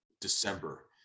December